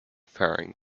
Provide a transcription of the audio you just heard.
faring